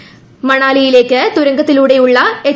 ്മൂണാലിയിലേക്ക് തുരങ്കത്തിലൂടെയുള്ള എച്ച്